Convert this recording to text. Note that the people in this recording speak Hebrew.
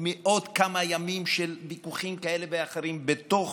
מעוד כמה ימים של ויכוחים כאלה ואחרים בתוך